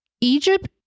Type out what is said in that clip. Egypt